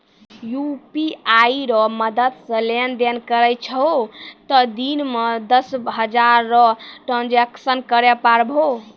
UPI रो मदद से लेनदेन करै छहो तें दिन मे दस हजार रो ट्रांजेक्शन करै पारभौ